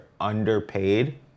underpaid